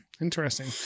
Interesting